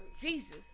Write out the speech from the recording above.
Jesus